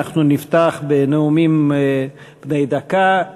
אנחנו נפתח בנאומים בני דקה.